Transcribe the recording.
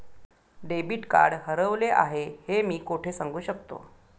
Debit card हरवले आहे हे मी कोठे सांगू शकतो?